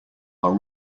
are